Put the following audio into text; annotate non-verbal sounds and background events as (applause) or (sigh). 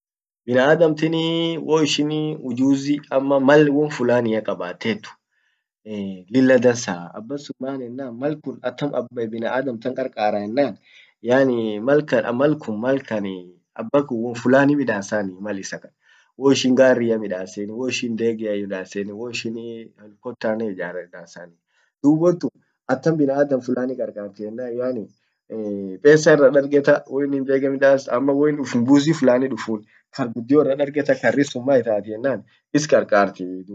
binaadamtin (hesitation) woishinii ujuzi ama maal won fulania kabatet (hesitation) lilla dansa (hesitation) abbasun maan ennan mal kun atam an binaadam tan qarqaran malkan malkun malkan (hesitation) abbakun won fulani midassan mal issa kan woshin garria midasse, woishin ndege midasse, woishin (hesitation) headquartert iijjarreda, dub wontun attam binaadamu fulani qarqarte enna yaani pesa dargeta woin indege midas, ama woinin ufumbuzi fulani dufun qar guddioa irra dargeta qarrit sun maitati ennan is qarqarti won akasitun tutu is qarqarti.